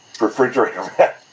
refrigerator